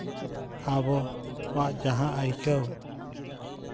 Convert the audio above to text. ᱟᱵᱚᱣᱟᱜ ᱡᱟᱦᱟᱸ ᱟᱹᱭᱠᱟᱹᱣ